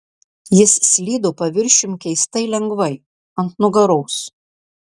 jis slydo paviršium keistai lengvai ant nugaros